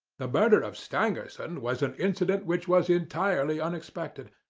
the murder of stangerson and was an incident which was entirely unexpected,